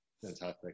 Fantastic